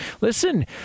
listen